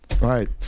Right